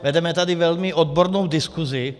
Vedeme tady velmi odbornou diskuzi.